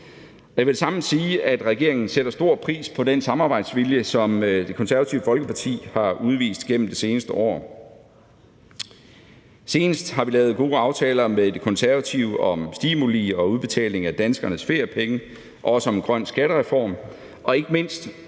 med det samme sige, at regeringen sætter stor pris på den samarbejdsvilje, som Det Konservative Folkeparti har udvist gennem det seneste år. Senest har vi lavet gode aftaler med De Konservative om stimuli og udbetaling af danskernes feriepenge og også om en grøn skattereform og ikke mindst,